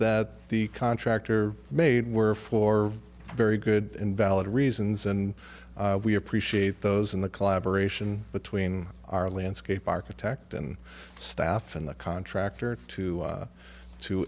that the contractor made were for very good and valid reasons and we appreciate those in the collaboration between our landscape architect and staff and the contractor to